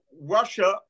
Russia